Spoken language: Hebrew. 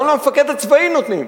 גם למפקד הצבאי נותנים.